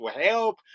help